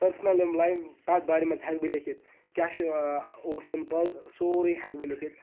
personal یِم life تَتھ بارے منٛز ہٮ۪کہٕ بہٕ لیکھِتھ کیٛاہ چھُ اوس تِم پَل سورُے ہٮ۪کہٕ بہٕ لیکھِتھ